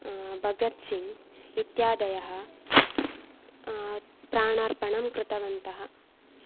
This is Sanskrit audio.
बगत् सिंग् इत्यादयः प्राणार्पणं कृतवन्तः